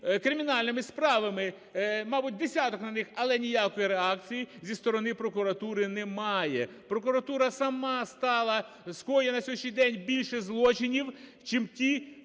кримінальними справами, мабуть, десяток на них, але ніякої реакції зі сторони прокуратури немає. Прокуратура сама скоїла на сьогоднішній день більше злочинів, чим ті,